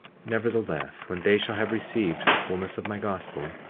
nevertheless, when they shall have received the fulness of my gospel,